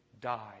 die